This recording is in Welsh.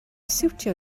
siwtio